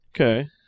Okay